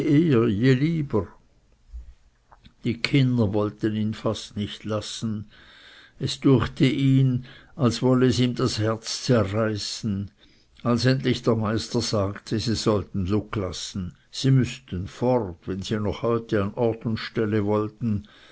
lieber die kinder wollten ihn fast nicht lassen es düechte ihn als wolle es ihm das herz zerreißen als endlich der meister sagte sie sollten lugg lassen sie müßten fort wenn sie noch heute an ort und stelle wollten